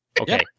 Okay